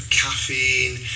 caffeine